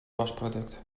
wasproduct